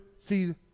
see